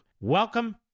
Welcome